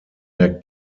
der